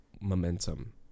momentum